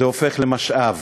זה הופך למשאב?